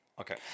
Okay